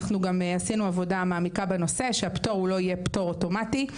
אנחנו גם עשינו עבודה מעמיקה בנושא שהפטור לא יהיה פטור אוטומטי,